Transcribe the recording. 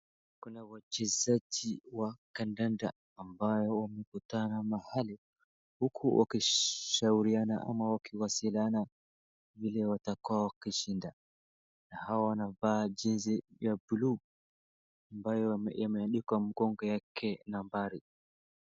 Kuna wachezaji wa kandanda ambawo wamekutana mahali huku wakishauriana ama wakiwasiliana vile watakua wakishinda na hawa wanavaa jezi ya buluu ambayo yameandikwa mgongo yake nambari.